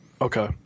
Okay